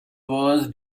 was